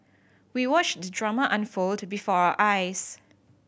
we watched the drama unfold before our eyes